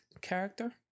character